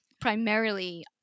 primarily